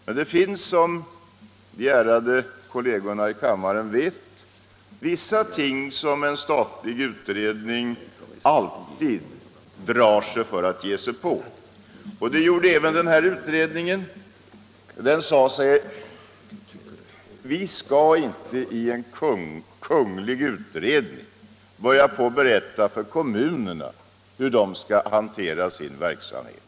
Men det finns, som de ärade kollegerna i kammaren vet, vissa ting som en statlig utredning alltid drar sig för att ge sig på. Det var fallet även med denna utredning. Den sade sig: Vi skall i en statlig utredning inte berätta för kommunerna hur de skall hantera sin verksamhet.